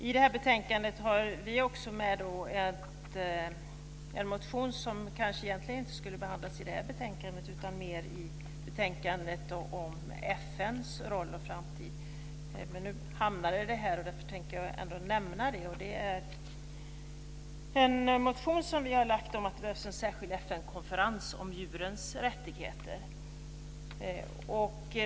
I det här betänkandet har vi också med en motion som egentligen kanske inte skulle behandlas i det här betänkandet utan i betänkandet om FN:s roll och framtid, men nu hamnade den här. Därför tänker jag ändå nämna den. Det är en motion som vi har väckt om att det behövs en särskild FN-konferens om djurens rättigheter.